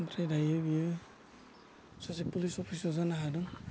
ओमफ्राय दायो बेयो सासे पुलिस अफिसार जानो हादों